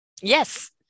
yes